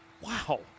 Wow